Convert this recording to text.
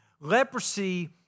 Leprosy